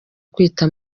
kwita